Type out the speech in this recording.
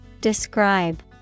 Describe